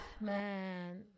Man